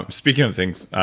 um speaking of things,